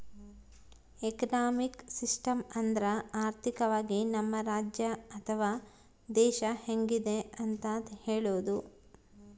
economic system ಅಂದ್ರ ಆರ್ಥಿಕವಾಗಿ ನಮ್ ರಾಜ್ಯ ಅಥವಾ ದೇಶ ಹೆಂಗಿದೆ ಅಂತ ಹೇಳೋದು